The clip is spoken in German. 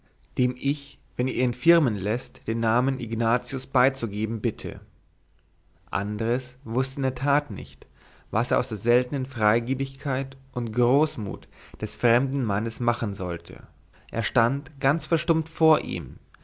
dem ich wenn ihr ihn firmeln laßt den namen ignatius beizugeben bitte andres wußte in der tat nicht was er aus der seltenen freigebigkeit und großmut des fremden mannes machen sollte er stand ganz verstummt vor ihm